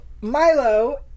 Milo